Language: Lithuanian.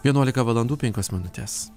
vienuolika valandų penkios minutės